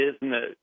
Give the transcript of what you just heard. business